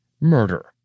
murder